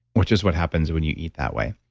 which is what happens when you eat that way.